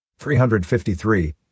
353